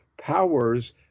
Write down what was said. powers